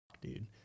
dude